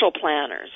planners